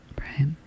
right